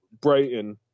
Brighton